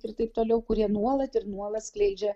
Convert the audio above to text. ir taip toliau kurie nuolat ir nuolat skleidžia